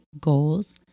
goals